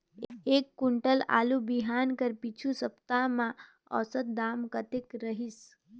एक कुंटल आलू बिहान कर पिछू सप्ता म औसत दाम कतेक रहिस?